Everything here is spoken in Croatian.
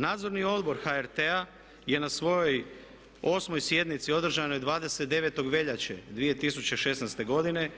Nadzorni odbor HRT-a je na svojoj 8. sjednici održanoj 29. veljače 2016. godine